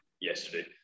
yesterday